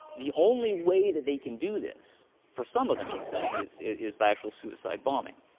the only way that they can do this, for some of them, he's saying, is is by actual suicide bombing,